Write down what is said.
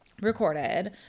recorded